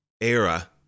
era